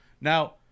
now